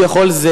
שהצגת,